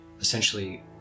essentially